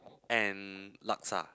and laksa